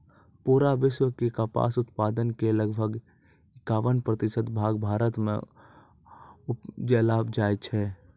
पूरा विश्व के कपास उत्पादन के लगभग इक्यावन प्रतिशत भाग भारत मॅ उपजैलो जाय छै